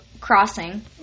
crossing